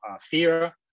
fear